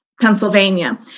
Pennsylvania